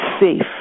safe